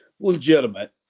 Legitimate